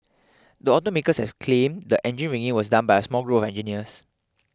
the automaker has claimed the engine rigging was done by a small group of engineers